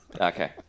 Okay